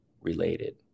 related